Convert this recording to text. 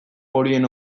horien